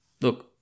Look